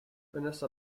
vanessa